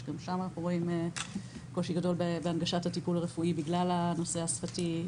שגם שם אנחנו רואים קושי גדול בהנגשת הטיפול הרפואי בגלל הנושא השפתי.